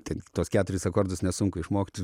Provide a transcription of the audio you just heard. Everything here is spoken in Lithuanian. ten tuos keturis akordus nesunku išmokt